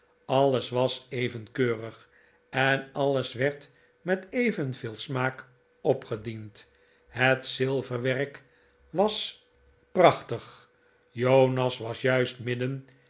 alles was even keurig en alles werd met evenveel smaak opgediend het zilverwerk was prachtig jonas was juist midden